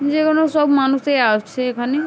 যে কোনো সব মানুষই আসছে এখানে